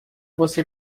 você